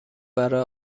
برای